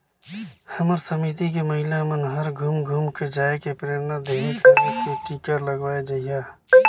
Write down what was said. हमर समिति के महिला मन हर घुम घुम के जायके प्रेरना देहे हन की टीका लगवाये जइहा